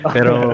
Pero